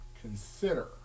consider